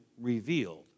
revealed